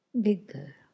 bigger